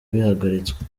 bihagaritswe